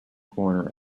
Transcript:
corner